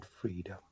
freedom